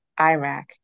Iraq